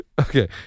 Okay